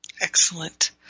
Excellent